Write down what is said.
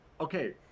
okay